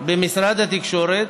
ממשרד התקשורת,